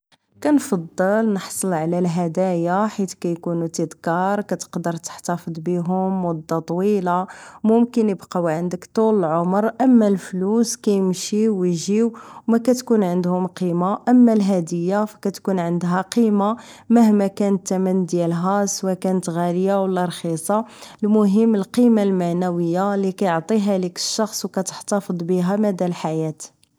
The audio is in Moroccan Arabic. كنفضل نحصل على الهديا حيت كيكونو تدكار كتقدر تحتافض بيهم لمدة طويلة يمكن يبقاو عندك طول العمر اما الفلوس كيمشيو ويجيو و مكاتكون عندهم قيمة اما الهدية فكتكون عندها قيمة مهما كانت الثمن ديالها سو كانت غالية و لا رخيصة المهم القيمة المعنوية اللي كيعطيها ليك الشخص و كتحتافظ بيها مدى الحياة